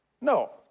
No